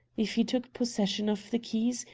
if he took possession of the keys,